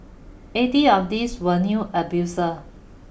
eighty of these were new abusers